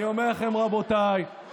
אני אומר לכם, רבותיי,